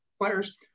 players